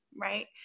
Right